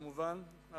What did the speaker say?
כמובן,